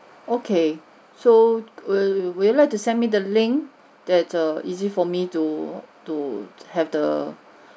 okay so will would you like to send me the link that err easy for me to to have the